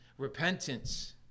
repentance